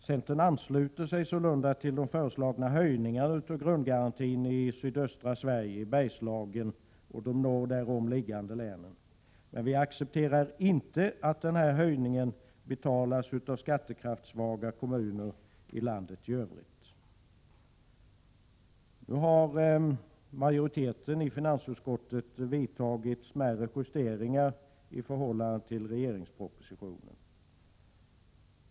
Centern ansluter sig sålunda till de föreslagna höjningarna av grundgarantin i sydöstra Sverige, i Bergslagen och i de norr därom liggande länen, men vi accepterar inte att höjningen betalas av skattekraftssvaga kommuner i landet i övrigt. Nu har majoriteten i finansutskottet vidtagit smärre justeringar i förhållande till regeringspropositionen.